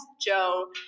Joe